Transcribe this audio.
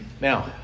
Now